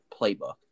playbook